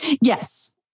Yes